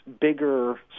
bigger